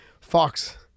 fox